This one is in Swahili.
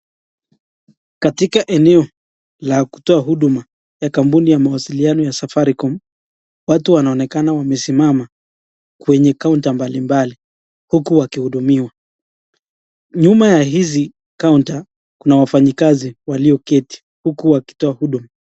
Katika eneo la kutoa huduma ya kampuni ya mawasiliano ya Safaricom, watu wanaonekana wamesimama kwenye kaunta mbalimbali huku wakihudumiwa. Nyuma ya hizi kaunta kuna wafanyakazi walioketi huku wakitoa huduma.